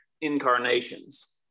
incarnations